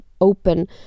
open